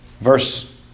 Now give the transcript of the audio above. Verse